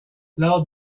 lors